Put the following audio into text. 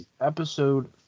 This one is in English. episode